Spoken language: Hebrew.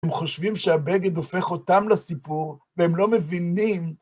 הם חושבים שהבגד הופך אותם לסיפור, והם לא מבינים...